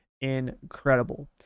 incredible